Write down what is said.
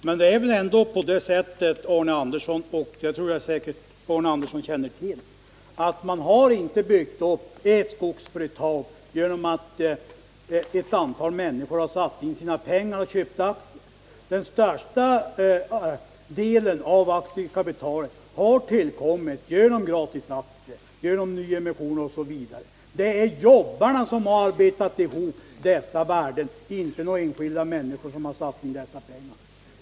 Fru talman! Arne Andersson känner säkert till att man inte bygger upp ett skogsföretag genom att ett antal människor sätter in sina pengar och köper aktier. Den största delen av aktiekapitalet har tillkommit genom gratisaktier och nyemissioner. Det är jobbarna som har arbetat ihop dessa värden. Det är inte enskilda människor som har satsat dessa pengar.